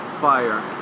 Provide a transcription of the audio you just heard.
Fire